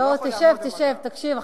לא, תשב, תשב, תקשיב.